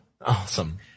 Awesome